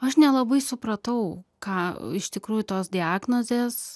aš nelabai supratau ką iš tikrųjų tos diagnozės